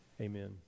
Amen